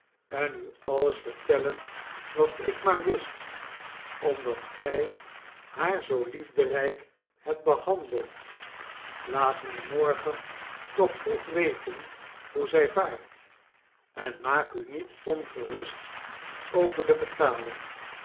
en u alles vertellen wat ik maar wist omdat gij haar zoo liefderijk hebt behandeld laat mij morgen toch vroeg weten hoe zij vaart en maak u niet ongerust over de betaling